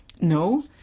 no